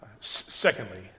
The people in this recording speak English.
Secondly